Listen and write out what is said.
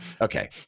okay